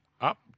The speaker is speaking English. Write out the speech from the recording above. up